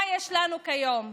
מה יש לנו כיום?